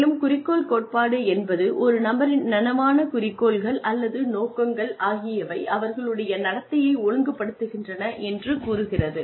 மேலும் குறிக்கோள் கோட்பாடு என்பது ஒரு நபரின் நனவான குறிக்கோள்கள் அல்லது நோக்கங்கள் ஆகியவை அவர்களுடைய நடத்தையை ஒழுங்குபடுத்துகின்றன என்று கூறுகிறது